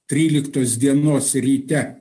tryliktos dienos ryte